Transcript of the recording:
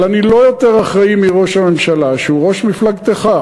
אבל אני לא יותר אחראי מראש הממשלה שהוא ראש מפלגתך.